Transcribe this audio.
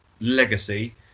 legacy